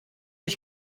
ich